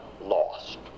lost